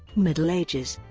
middle ages